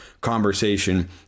conversation